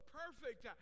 perfect